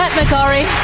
ah mcgorry